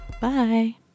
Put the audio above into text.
Bye